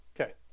Okay